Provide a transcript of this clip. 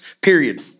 period